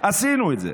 עשינו את זה.